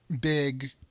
big